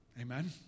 Amen